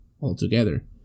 altogether